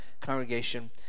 congregation